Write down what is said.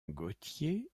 gautier